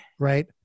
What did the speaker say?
right